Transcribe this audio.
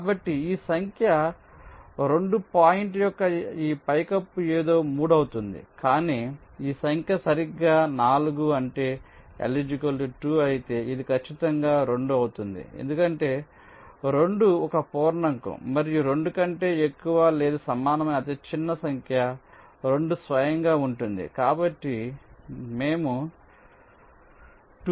కాబట్టి ఈ సంఖ్య 2 పాయింట్ యొక్క ఈ పైకప్పు ఏదో 3 అవుతుంది కానీ ఈ సంఖ్య సరిగ్గా 4 అంటే L 2 అయితే ఇది ఖచ్చితంగా 2 అవుతుంది ఎందుకంటే 2 ఒక పూర్ణాంకం మరియు 2 కంటే ఎక్కువ లేదా సమానమైన అతిచిన్న సంఖ్య 2 స్వయంగా ఉంటుంది కాబట్టి మేము 2